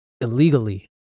illegally